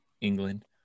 England